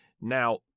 Now